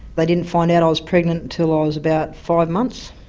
but didn't find out i was pregnant till i was about five months,